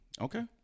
Okay